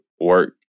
work